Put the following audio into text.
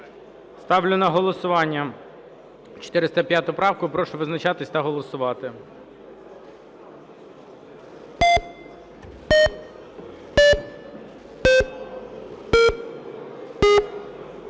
Ставлю на голосування 405 правку. Прошу визначатися та голосувати.